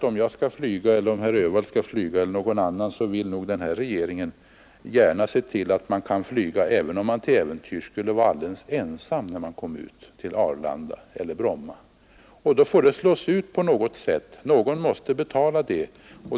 Om herr Öhvall eller någon annan önskar flyga vill nog den här regeringen gärna se till att han kan göra det även om han till äventyrs skulle vara alldeles ensam när han kom till Arlanda eller Bromma. Och då får naturligtvis kostnaderna slås ut på något sätt — någon måste betala dem.